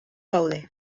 gaude